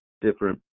different